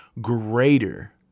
greater